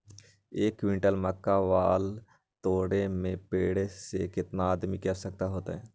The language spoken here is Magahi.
एक क्विंटल मक्का बाल तोरे में पेड़ से केतना आदमी के आवश्कता होई?